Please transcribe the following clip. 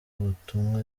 ubutumwa